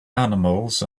animals